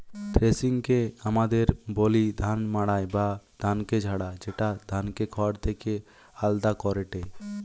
থ্রেশিংকে আমদের বলি ধান মাড়াই বা ধানকে ঝাড়া, যেটা ধানকে খড় থেকে আলদা করেটে